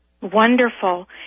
Wonderful